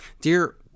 Dear